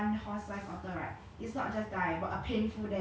do you know like have you seen like all the otters fighting in like